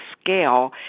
scale